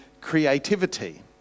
creativity